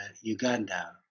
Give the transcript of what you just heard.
Uganda